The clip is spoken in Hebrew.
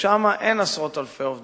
שם אין עשרות אלפי עובדים,